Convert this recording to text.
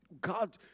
God